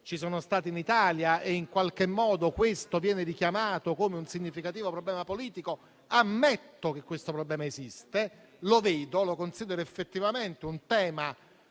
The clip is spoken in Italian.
si sono avvicendati in Italia e in qualche modo questo viene richiamato come un significativo problema politico, ammetto che questo problema esiste, lo vedo, lo considero effettivamente un tema